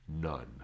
None